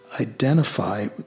identify